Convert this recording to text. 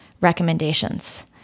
recommendations